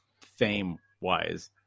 fame-wise